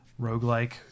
roguelike